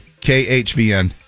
KHVN